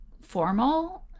formal